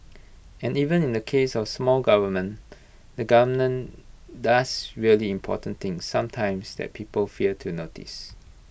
and even in the case of small government the government does really important things sometimes that people fail to notice